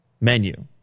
menu